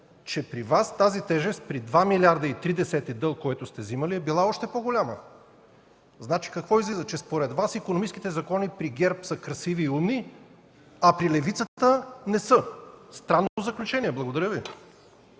че при Вас тази тежест при два милиарда и три десети дълг, който сте взимали, е била още по-голяма. Значи какво излиза, че според Вас икономическите закони при ГЕРБ са красиви и умни, а при левицата – не са. Странно заключение! Благодаря Ви.